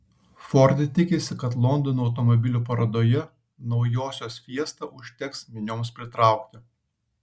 ford tikisi kad londono automobilių parodoje naujosios fiesta užteks minioms pritraukti